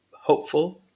hopeful